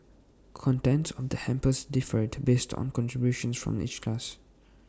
contents of the hampers differed based on contributions from each class